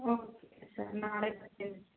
okay sir ನಾಳೆ ಬರ್ತೀನಿ